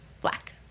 Black